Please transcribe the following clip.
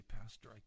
Pastor